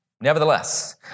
Nevertheless